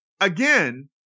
again